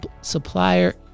supplier